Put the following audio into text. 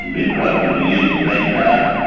inappropriate to use and the bankcard.